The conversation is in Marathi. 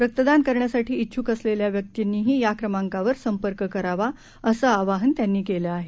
रक्तदान करण्यासाठी चिछुक असलेल्या व्यक्तींनीही या क्रमांकावर संपर्क करावा असे आवाहन त्यांनी केले आहे